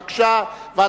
חוק ומשפט על מנת,